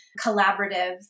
collaborative